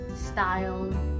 style